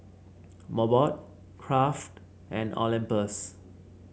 Mobot Kraft and Olympus